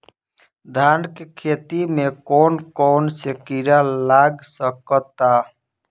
धान के खेती में कौन कौन से किड़ा लग सकता?